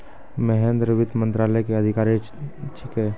महेन्द्र वित्त मंत्रालय के अधिकारी छेकै